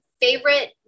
favorite